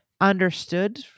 understood